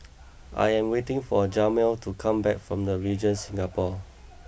I am waiting for Jamal to come back from The Regent Singapore